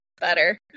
better